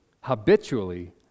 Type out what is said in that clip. habitually